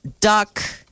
duck